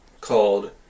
called